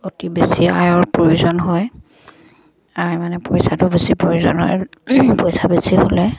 অতি বেছি আয়ৰ প্ৰয়োজন হয় আয় মানে পইচাটো বেছি প্ৰয়োজন হয় পইচা বেছি হ'লে